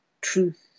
truth